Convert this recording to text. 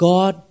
God